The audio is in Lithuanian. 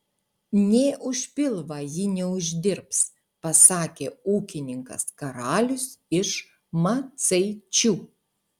nė už pilvą ji neuždirbs pasakė ūkininkas karalius iš macaičių